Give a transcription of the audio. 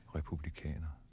Republikaner